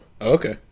Okay